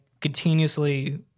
continuously